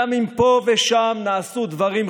גם אם פה ושם נעשו דברים חיוביים,